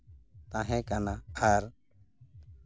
ᱛᱟᱦᱮᱸ ᱠᱟᱱᱟ ᱟᱨ